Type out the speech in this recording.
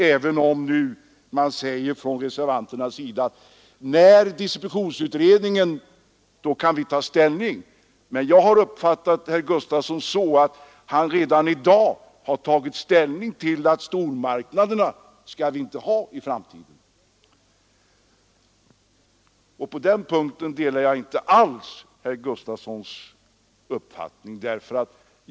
Reservanterna säger att när distributionsutredningen är klar kan vi ta ställning, men jag har uppfattat herr Gustafsson så, att han redan i dag tagit ställning: stormarknader skall vi inte ha i framtiden. På den punkten delar jag inte hans uppfattning.